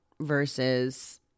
versus